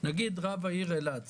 רב עיר אילת,